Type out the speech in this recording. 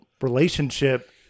relationship